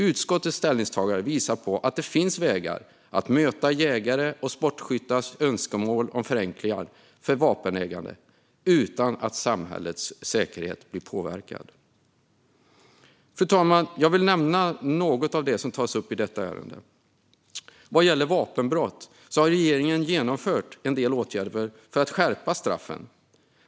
Utskottets ställningstagande visar att det finns vägar att möta jägares och sportskyttars önskemål om förenklingar för vapenägande utan att samhällets säkerhet blir påverkad. Fru talman! Jag vill nämna något av det som tas upp i detta ärende. Vad gäller vapenbrott har regeringen genomfört en del åtgärder för att skärpa straffen.